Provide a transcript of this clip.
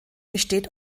besteht